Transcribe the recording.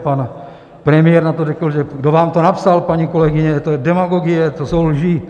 Pan premiér na to řekl: kdo vám to napsal, paní kolegyně, to je demagogie, to jsou lži.